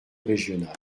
régional